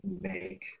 make